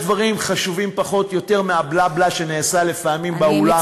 יש דברים חשובים יותר מה"בלה בלה" שנעשה לפעמים באולם הזה.